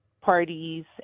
parties